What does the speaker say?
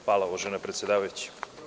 Hvala uvažena predsedavajuća.